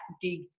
dig